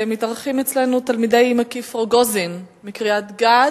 מתארחים אצלנו תלמידי בית-הספר המקיף רוגוזין בקריית-גת,